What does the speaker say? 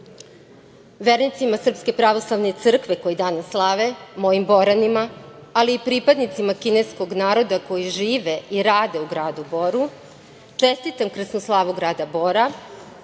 Vučić. Vernicima Srpske pravoslavne crkve koji danas slave, mojim Boranima, ali i pripadnicima kineskog naroda koji žive i rade u gradu Boru čestitam krsnu slavu grada Bora,